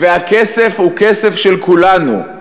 והכסף הוא כסף של כולנו,